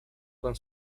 con